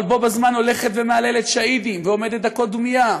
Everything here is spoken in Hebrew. אבל בו בזמן מהללת שהידים, ועומדת דקות דומייה.